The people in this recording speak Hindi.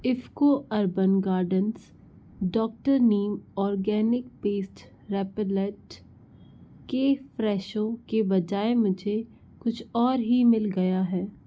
IFFCO urban gardens doctor neem organic pest repellent के फ़्रेशो के बजाय मुझे कुछ और ही मिल गया है